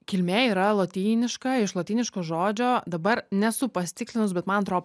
kilmė yra lotyniška iš lotyniško žodžio dabar nesu pasitikslinus bet man atro